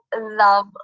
love